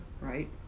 Right